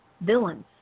villains